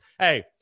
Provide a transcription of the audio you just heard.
Hey